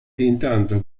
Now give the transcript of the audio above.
intanto